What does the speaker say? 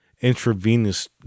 intravenous